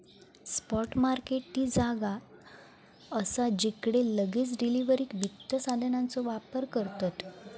spot market ती जागा असा जिकडे लगेच डिलीवरीक वित्त साधनांचो व्यापार करतत